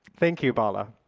thank you, balla.